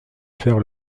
faire